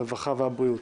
הרווחה והבריאות.